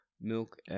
milk